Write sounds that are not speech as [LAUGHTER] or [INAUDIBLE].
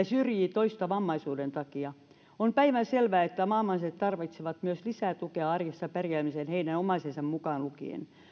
[UNINTELLIGIBLE] syrjii toista vammaisuuden takia on päivänselvä että vammaiset tarvitsevat myös lisää tukea arjessa pärjäämiseen heidän omaisensa mukaan lukien